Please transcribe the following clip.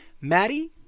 Maddie